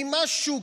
כי משהו,